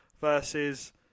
versus